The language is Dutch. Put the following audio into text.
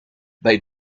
bij